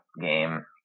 game